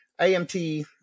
AMT